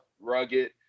rugged